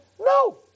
no